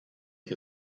ich